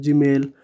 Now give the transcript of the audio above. Gmail